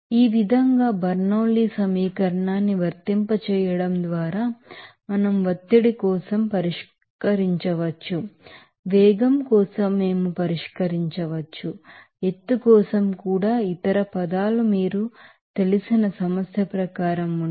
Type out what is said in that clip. ఈ విధంగా బెర్నౌలీ సమీకరణాన్ని వర్తింపజేయడం ద్వారా మనం ఒత్తిడి కోసం పరిష్కరించవచ్చు వేగం కోసం మేము పరిష్కరించవచ్చు ఎత్తు కోసం కూడా ఇతర పదాలు మీకు తెలిసిన సమస్య ప్రకారం ఉంటే